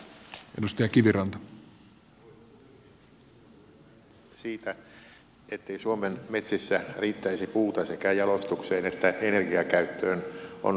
meillä pitkään käyty keskustelu siitä ettei suomen metsissä riittäisi puuta sekä jalostukseen että energiakäyttöön on vääristelty